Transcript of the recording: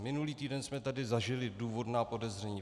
Minulý týden jsme tady zažili důvodná podezření.